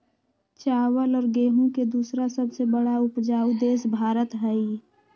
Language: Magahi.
चावल और गेहूं के दूसरा सबसे बड़ा उपजाऊ देश भारत हई